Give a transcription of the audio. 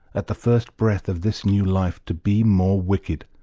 at the first breath of this new life, to be more wicked,